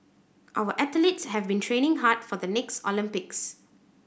our athletes have been training hard for the next Olympics